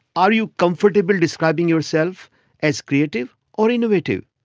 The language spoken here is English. are you comfortable describing your self as creative or innovative?